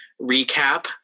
recap